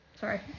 Sorry